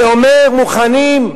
שאומר: מוכנים,